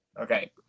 okay